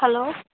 hello